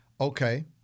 Okay